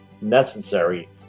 necessary